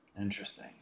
Interesting